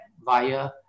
via